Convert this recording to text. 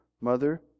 mother